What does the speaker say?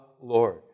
Lord